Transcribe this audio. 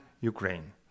Ukraine